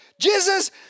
Jesus